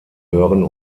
hören